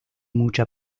mucha